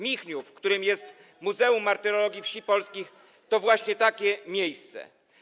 Michniów, w którym jest Muzeum Martyrologii Wsi Polskich, to właśnie takie miejsce.